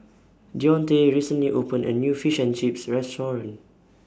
Deonte recently opened A New Fish and Chips Restaurant